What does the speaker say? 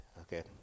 Okay